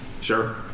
Sure